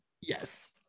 Yes